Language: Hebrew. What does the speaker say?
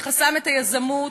שחסם את היזמות,